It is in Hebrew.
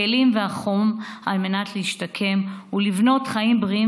הכלים והחום כדי להשתקם ולבנות חיים בריאים